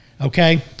Okay